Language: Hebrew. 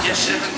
שם.